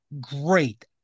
great